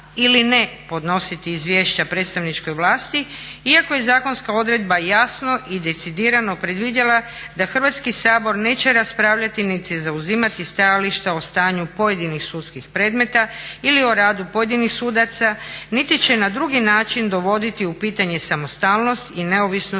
ili ne podnositi izvješća predstavničkoj vlasti iako je zakonska odredba jasno i decidirano predvidjela da Hrvatski sabor neće raspravljati niti zauzimati stajališta o stanju pojedinih sudskih predmeta ili o radu pojedinih sudaca, niti će na drugi način dovoditi u pitanje samostalnost i neovisnost